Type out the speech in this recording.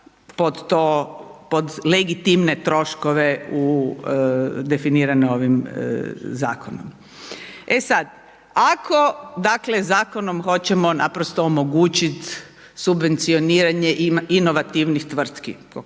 pod legitimne troškove definirane ovim zakonom. E sad, ako dakle zakonom hoćemo naprosto omogućiti subvencioniranje inovativnih tvrtki, kao